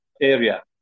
area